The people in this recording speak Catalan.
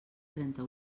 trenta